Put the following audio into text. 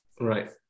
Right